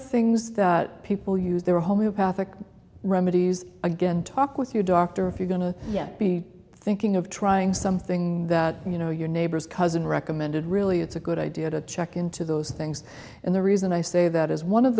things that people use their homeopathic remedies again talk with your doctor if you're going to yet be thinking of trying something that you know your neighbors cousin recommended really it's a good idea to check into those things and the reason i say that is one of